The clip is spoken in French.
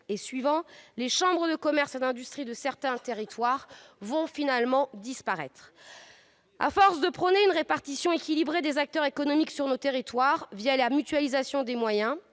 et suivants, les chambres de commerce et d'industrie de certains territoires vont disparaître. À force de prôner une répartition équilibrée des acteurs économiques sur nos territoires parla mutualisation des moyens